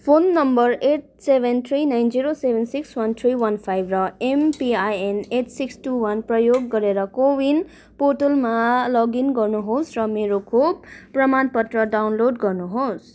phone number eight seven three nine zero seven six one three one five र MPIN eight six two one प्रयोग गरेर CoWIN पोर्टलमा login गर्नुहोस् र मेरो खोप प्रमाणपत्र डाउनलोड गर्नुहोस्